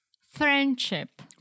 Friendship